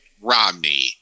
Romney